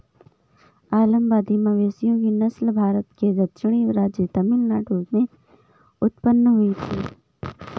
अलंबादी मवेशियों की नस्ल भारत के दक्षिणी राज्य तमिलनाडु में उत्पन्न हुई थी